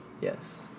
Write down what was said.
Yes